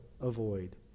avoid